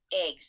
eggs